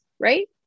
Right